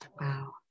Wow